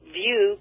view